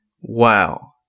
wow